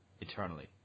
Eternally